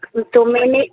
تو میں نے